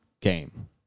game